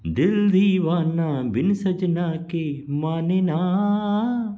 दिल दीवाना बिन सजना के माने ना